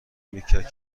میکشد